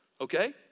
Okay